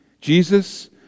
Jesus